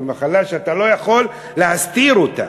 זו מחלה שאתה לא יכול להסתיר אותה,